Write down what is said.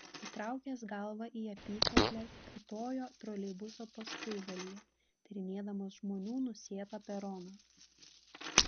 įtraukęs galvą į apykaklę kiūtojo troleibuso paskuigalyje tyrinėdamas žmonių nusėtą peroną